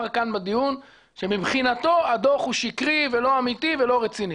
אמר כאן בדיון שמבחינתו הדוח הוא שקרי ולא אמיתי ולא רציני.